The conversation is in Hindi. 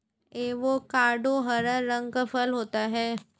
एवोकाडो हरा रंग का फल होता है